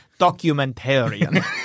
documentarian